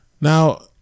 Now